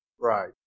Right